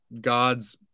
God's